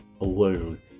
alone